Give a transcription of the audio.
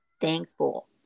thankful